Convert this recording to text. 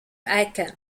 aachen